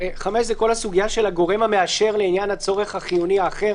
הסוגיה של הגורם המאשר לעניין הצורך החיוני האחר